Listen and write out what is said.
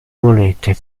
monete